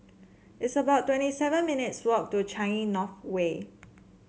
it's about twenty seven minutes' walk to Changi North Way